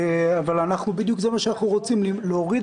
אבל זה בדיוק מה שאנחנו רוצים להוריד